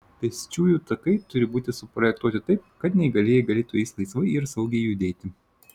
pėsčiųjų takai turi būti suprojektuoti taip kad neįgalieji galėtų jais laisvai ir saugiai judėti